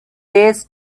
ways